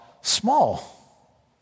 small